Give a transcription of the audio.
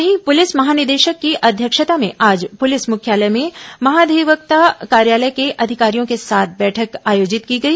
वहीं पुलिस महानिदेशक की अध्यक्षता में आज पुलिस मुख्यालय में महाधिवक्ता कार्यालय के अधिकारियों के साथ बैठक आयोजित की गई